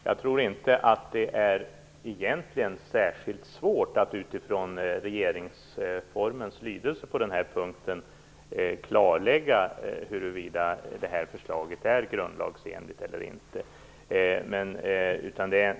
Fru talman! Jag tror egentligen inte att det är särskilt svårt att utifrån regeringsformens lydelse på denna punkt klarlägga huruvida förslaget är grundlagsenligt eller inte.